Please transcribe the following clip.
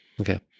okay